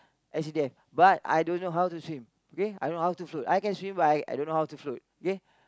S_C_D_F but I don't know how to swim okay I know how to float I can swim but I don't know how to float okay